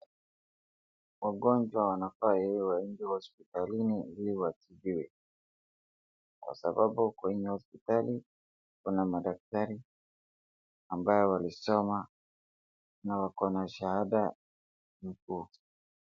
Wagonjwa wanafaa waende hospitalini ili watibiwe. Kwasababu kwenye hospitali Kuna madaktari ambayo walisoma Na wakona shahadha vikuu